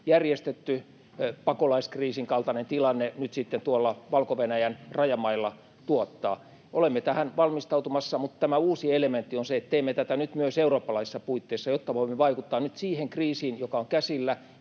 järjestetty pakolaiskriisin kaltainen tilanne nyt sitten tuolla Valko-Venäjän rajamailla tuottaa. Olemme tähän valmistautumassa, mutta tämä uusi elementti on se, että teemme tätä nyt myös eurooppalaisissa puitteissa, jotta voimme vaikuttaa nyt siihen kriisiin, joka on käsillä,